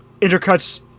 intercuts